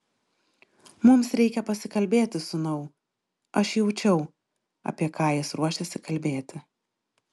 mums reikia pasikalbėti sūnau aš jaučiau apie ką jis ruošiasi kalbėti